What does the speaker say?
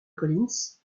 collins